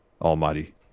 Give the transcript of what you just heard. almighty